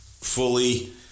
fully